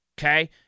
okay